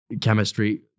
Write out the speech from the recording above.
chemistry